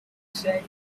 say